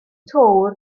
töwr